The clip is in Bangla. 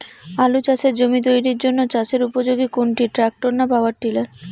আলু চাষের জমি তৈরির জন্য চাষের উপযোগী কোনটি ট্রাক্টর না পাওয়ার টিলার?